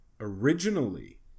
Originally